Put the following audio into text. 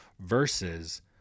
versus